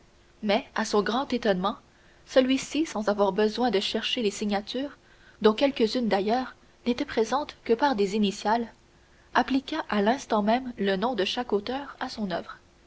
mais à son grand étonnement celui-ci sans avoir besoin de chercher les signatures dont quelques-unes d'ailleurs n'étaient présentes que par des initiales appliqua à l'instant même le nom de chaque auteur à son oeuvre